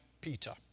Peter